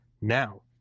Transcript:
now